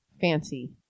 Fancy